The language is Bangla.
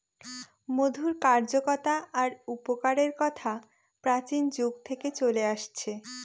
মধুর কার্যকতা আর উপকারের কথা প্রাচীন যুগ থেকে চলে আসছে